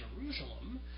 Jerusalem